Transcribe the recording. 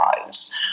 lives